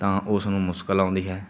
ਤਾਂ ਉਸ ਨੂੰ ਮੁਸ਼ਕਿਲ ਆਉਂਦੀ ਹੈ